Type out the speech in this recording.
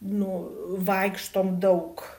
nu vaikštom daug